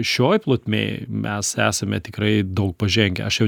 šioj plotmėj mes esame tikrai daug pažengę aš jau